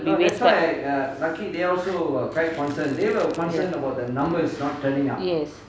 be wasted yes yes